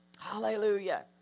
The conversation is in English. Hallelujah